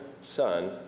Son